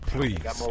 Please